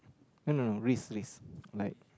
I don't know risk risk like